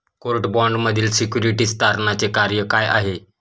Court बाँडमधील securities तारणाचे कार्य काय आहे?